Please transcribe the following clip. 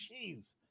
Jeez